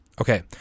Okay